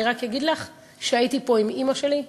אני רק אגיד לך שהייתי פה עם אימא שלי,